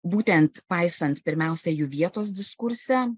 būtent paisant pirmiausia jų vietos diskurse